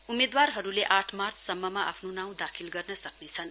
उम्मेदवारहरूले आठ मार्चसम्ममा आफ्नो नाउं दाखिल गर्न सक्नेछन्